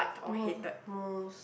mo~ most